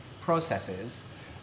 processes